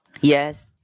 Yes